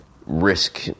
risk